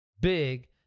big